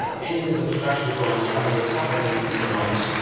and anything that obstructs you from understanding what's happening is a noise,